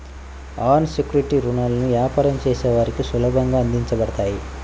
అన్ secured రుణాలు వ్యాపారం చేసే వారికి సులభంగా అందించబడతాయి